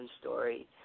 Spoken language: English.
story